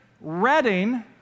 Reading